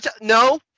No